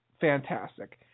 fantastic